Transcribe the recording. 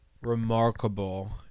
remarkable